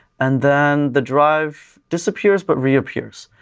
and then the drive disappears but reappears,